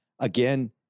again